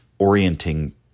orienting